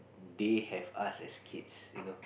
they have us as kids you know